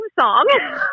song